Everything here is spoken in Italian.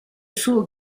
suo